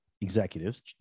executives